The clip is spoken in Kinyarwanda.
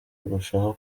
kurushaho